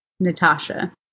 Natasha